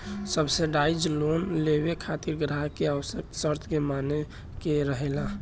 subsidise loan लेबे खातिर ग्राहक के आवश्यक शर्त के माने के रहेला